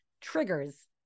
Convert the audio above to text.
triggers